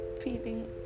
feeling